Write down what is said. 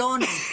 לא עונים.